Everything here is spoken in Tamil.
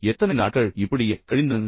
எத்தனை நாட்கள் இப்படியே கழிந்தன